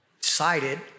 decided